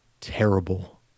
terrible